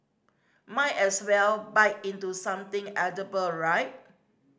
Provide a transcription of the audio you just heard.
might as well bite into something edible right